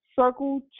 Circle